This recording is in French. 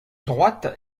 droites